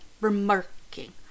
remarking